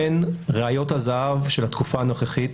הן ראיות הזהב של התקופה הנוכחית